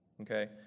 okay